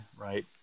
right